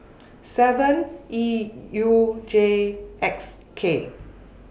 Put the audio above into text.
seven E U J X K